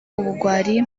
ubugwari